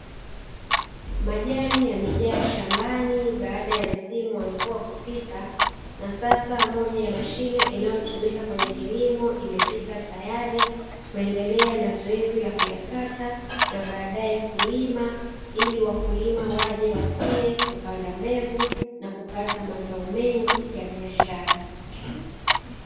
Majani yamejaa shambani baada ya msimu wa mvua kupita na sasa moja ya mashine inayotumika kwenye kilimo imefika tayari kuendelea na zoezi la kuyakata na baadae kulima ili wakulima waje wasie kupanda mbegu na kupata mazao mengi ya biashara.